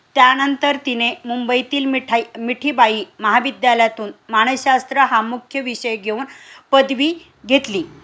त्यानंतर तिने मुंबईतील मिठाई मिठीबाई महाविद्यालयातून मानसशास्त्र हा मुख्य विषय घेऊन पदवी घेतली